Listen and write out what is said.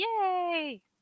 Yay